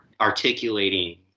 articulating